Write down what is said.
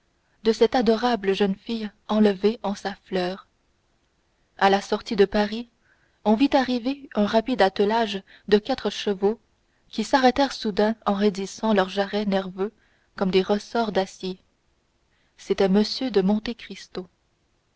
de cette adorable jeune fille enlevée en sa fleur à la sortie de paris on vit arriver un rapide attelage de quatre chevaux qui s'arrêtèrent soudain en raidissant leurs jarrets nerveux comme des ressorts d'acier c'était m de